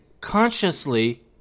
consciously